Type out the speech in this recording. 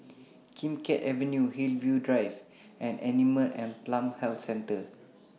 Kim Keat Avenue Hillview Drive and Animal and Plant Health Centre